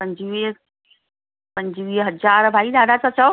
पंजवीह पंजवीह हज़ार भाई ॾाढा था चओ